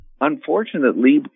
unfortunately